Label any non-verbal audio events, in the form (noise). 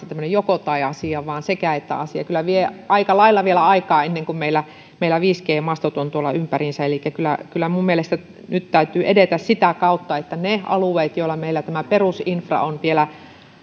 (unintelligible) tämmöinen joko tai asia vaan sekä että asia kyllä vie aika lailla vielä aikaa ennen kuin meillä meillä viisi g mastot ovat ympäriinsä elikkä minun mielestäni nyt täytyy edetä sitä kautta että niille alueille niihin paikkoihin joilla meillä tämä perusinfra on vielä